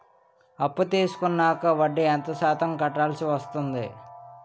అప్పు తీసుకున్నాక వడ్డీ ఎంత శాతం కట్టవల్సి వస్తుంది?